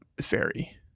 fairy